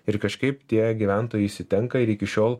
ir kažkaip tie gyventojai išsitenka ir iki šiol